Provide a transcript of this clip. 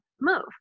move